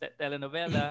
telenovela